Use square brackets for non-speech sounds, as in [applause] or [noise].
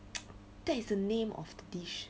[noise] that is the name of the dish